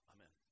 Amen